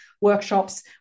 workshops